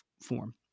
form